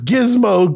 Gizmo